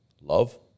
love